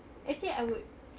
actually I would